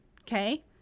Okay